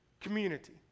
community